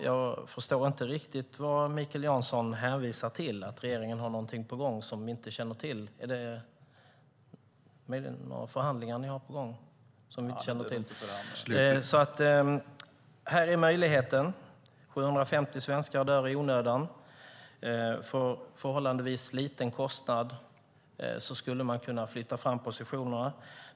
Jag förstår inte riktigt vad Mikael Jansson hänvisar till när han säger att regeringen har någonting på gång. Det känner vi inte till. Har ni möjligen några förhandlingar på gång som vi inte känner till? Här finns en möjlighet. 750 svenskar dör i onödan. För en förhållandevis liten kostnad skulle man kunna flytta fram positionerna.